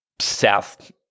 South